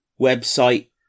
website